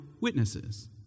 witnesses